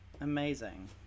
Amazing